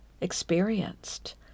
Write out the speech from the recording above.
Experienced